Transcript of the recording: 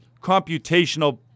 computational